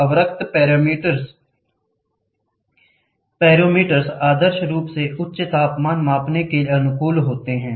अवरक्त पिरोमेटर्स आदर्श रूप से उच्च तापमान माप के लिए अनुकूल हैं